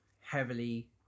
heavily